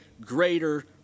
greater